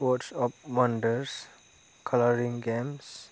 awards of wonders कालारिं games